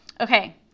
okay